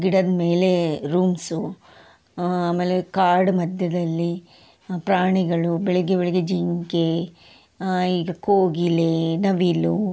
ಗಿಡದ ಮೇಲೆ ರೂಮ್ಸು ಆಮೇಲೆ ಕಾಡು ಮಧ್ಯದಲ್ಲಿ ಪ್ರಾಣಿಗಳು ಬೆಳಗ್ಗೆ ಬೆಳಗ್ಗೆ ಜಿಂಕೆ ಈಗ ಕೋಗಿಲೆ ನವಿಲು